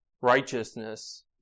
righteousness